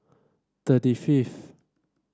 thirty fifth